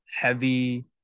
heavy